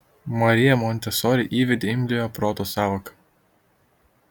marija montesori įvedė imliojo proto sąvoką